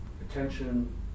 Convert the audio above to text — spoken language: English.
Attention